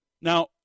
Now